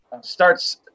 starts